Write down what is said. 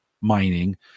mining